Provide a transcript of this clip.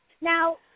Now